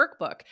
workbook